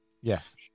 Yes